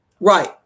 Right